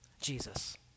Jesus